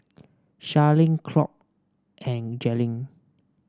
Sharleen Claud and Jailyn